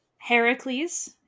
Heracles